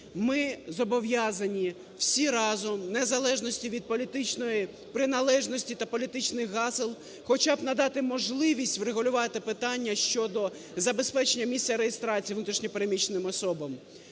ми зобов'язані всі разом, в незалежності від політичної приналежності та політичних гасел, хоча б надати можливість врегулювати питання щодо забезпечення місця реєстрації внутрішньо переміщеним особам.